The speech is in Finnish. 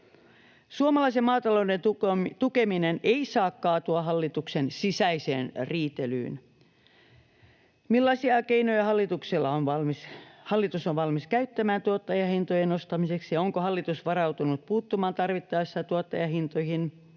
Suomalaisen maatalouden tukeminen ei saa kaatua hallituksen sisäiseen riitelyyn. Millaisia keinoja hallitus on valmis käyttämään tuottajahintojen nostamiseksi? Onko hallitus varautunut puuttumaan tarvittaessa tuottajahintoihin